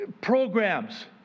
Programs